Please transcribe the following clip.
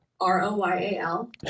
R-O-Y-A-L